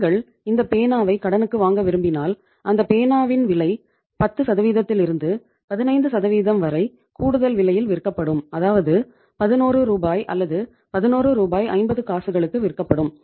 நீங்கள் இந்தப் பேனாவை கடனுக்கு வாங்க விரும்பினால் அந்த பேனாவின் விலை 10 இலிருந்து 15 சதவிகிதம் வரை கூடுதல் விலையில் விற்கப்படும் அதாவது பதினோரு ரூபாய் அல்லது 11 ரூபாய் 50 காசுகளுக்கு விற்கப்படும்